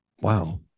wow